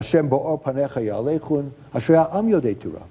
השם באור פניך יהליכון, אשרי העם יודעי תרועה.